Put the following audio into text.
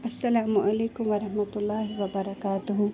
اَلسَلامُ علیکُم ورحمتُہ اللہ وبَرکاتُہ